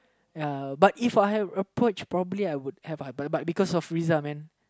ya but If I have approached properly I would have but but because of Friza man